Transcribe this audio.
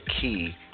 key